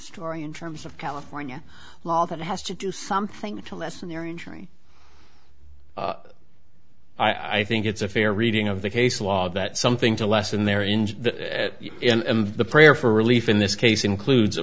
story in terms of california law that has to do something to lessen their injury i think it's a fair reading of the case law that something to lessen their inge that the prayer for relief in this case includes a